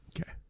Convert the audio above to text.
Okay